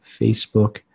Facebook